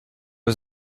was